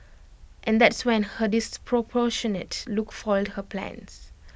and that's when her disproportionate look foiled her plans